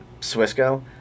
Swisco